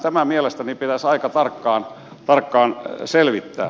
tämä mielestäni pitäisi aika tarkkaan selvittää